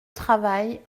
travail